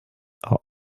are